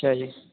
ਅੱਛਾ ਜੀ